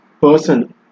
person